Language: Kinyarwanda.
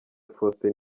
faustin